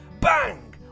bang